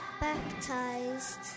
baptized